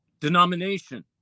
denomination